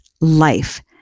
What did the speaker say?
life